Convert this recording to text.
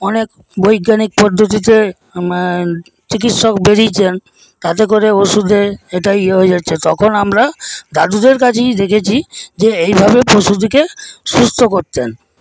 অনেক বৈজ্ঞানিক পদ্ধতিতে চিকিৎসক বেড়িয়েছেন তাতে করে ওষুধে এটাই হয়ে যাচ্ছে তখন আমরা দাদুদের কাছেই দেখেছি যে এইভাবে পশুদেরকে সুস্থ করতেন